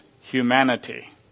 humanity